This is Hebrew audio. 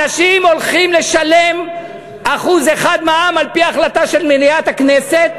אנשים הולכים לשלם 1% מע"מ על-פי החלטה של מליאת הכנסת,